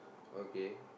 okay